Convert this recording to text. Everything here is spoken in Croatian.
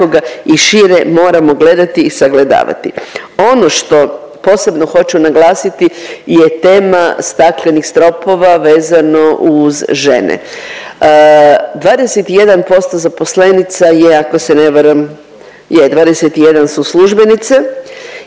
i šire moramo gledati i sagledavati. Ono što posebno hoću naglasiti je tema staklenih stropova vezano uz žene. 21% zaposlenica je ako se ne varam, je 21 su službenice